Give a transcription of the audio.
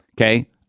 Okay